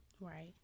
Right